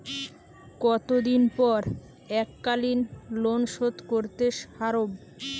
কতদিন পর এককালিন লোনশোধ করতে সারব?